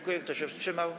Kto się wstrzymał?